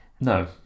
No